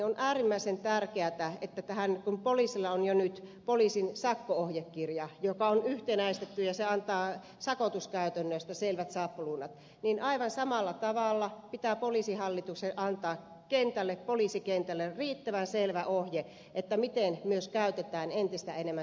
on äärimmäisen tärkeätä että kun poliisilla on jo nyt poliisin sakko ohjekirja joka on yhtenäistetty ja se antaa sakotuskäytännöistä selvät sapluunat niin aivan samalla tavalla pitää poliisihallituksen antaa poliisikentälle riittävän selvä ohje miten myös käytetään entistä enemmän tätä varoitusta